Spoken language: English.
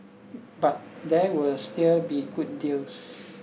but there will still be good deals